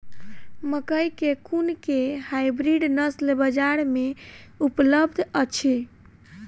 मकई केँ कुन केँ हाइब्रिड नस्ल बजार मे उपलब्ध अछि?